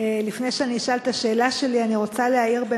לפני שאני אשאל את השאלה שלי אני רוצה להעיר,